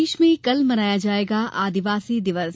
प्रदेश में कल मनाया जायेगा आदिवासी दिवस